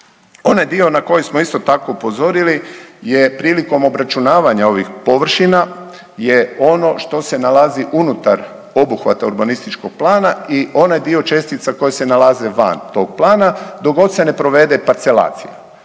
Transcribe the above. Onaj dio na koji smo isto tako upozorili je prilikom obračunavanja ovih površina je ono što se nalazi unutar obuhvata urbanističkog plana i onaj dio čestica koji se nalaze van tog plana dok god se ne provede parcelacija.